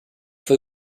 foi